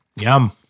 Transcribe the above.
Yum